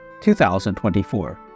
2024